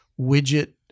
widget